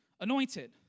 anointed